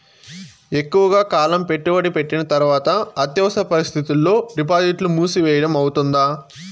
ఎక్కువగా కాలం పెట్టుబడి పెట్టిన తర్వాత అత్యవసర పరిస్థితుల్లో డిపాజిట్లు మూసివేయడం అవుతుందా?